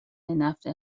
نفت